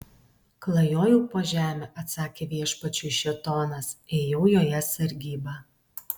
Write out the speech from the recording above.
klajojau po žemę atsakė viešpačiui šėtonas ėjau joje sargybą